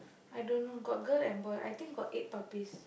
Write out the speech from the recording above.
I don't know got girl and boy I think got eight puppies